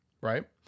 right